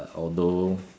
although